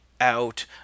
out